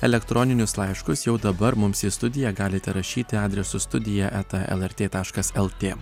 elektroninius laiškus jau dabar mums į studiją galite rašyti adresu studija eta lrt taškas lt